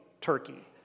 Turkey